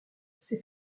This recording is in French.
ces